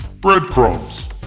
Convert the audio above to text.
Breadcrumbs